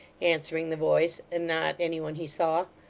answering the voice and not any one he saw.